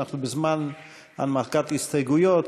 ואנחנו בזמן הנמקת הסתייגויות,